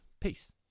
peace